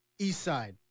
Eastside